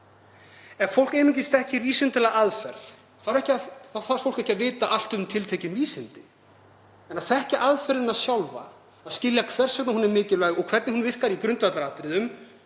Ef fólk þekkir vísindalega aðferð þarf það ekki að vita allt um tiltekin vísindi. En að þekkja aðferðina sjálfa, að skilja hvers vegna hún er mikilvæg og hvernig hún virkar í grundvallaratriðum